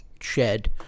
shed